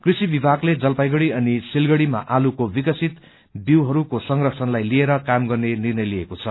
कृषि विभागले जलपाइगुड़ी अनि सिलगड़ीमा आलुको विकसित विऊहरूको संरक्षणलाईलिएर काम गर्ने निध्रय लिएको छ